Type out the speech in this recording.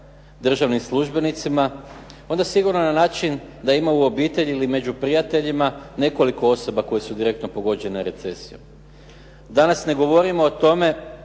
državnim službenicima, onda sigurno na način da ima u obitelji ili među prijateljima nekoliko osoba koje su direktno pogođene recesijom. Danas ne govorimo o tome